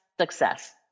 success